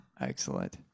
excellent